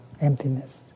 emptiness